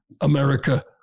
America